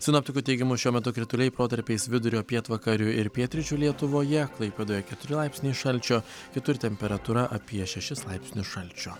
sinoptikų teigimu šiuo metu krituliai protarpiais vidurio pietvakarių ir pietryčių lietuvoje klaipėdoje keturi laipsniai šalčio kitur temperatūra apie šešis laipsnius šalčio